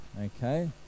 okay